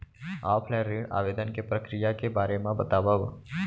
Offline ऋण आवेदन के प्रक्रिया के बारे म बतावव?